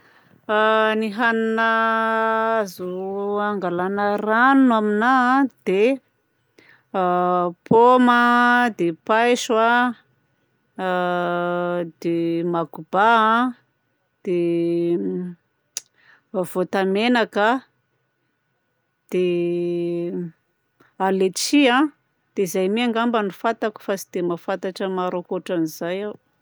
A ny hanina azo hangalana rano aminahy a dia a paoma a, dia paiso a, a dia magoba a, dia voatamenaka a, dia a letisia a. Dia izay me angamba no fantako fa tsy dia mahafantatra maro ankoatran'izay aho.